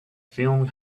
film